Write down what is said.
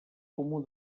comú